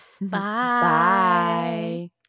Bye